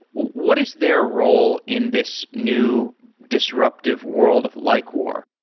what is their role in this new disruptive world of likewar?